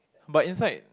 but inside